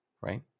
Right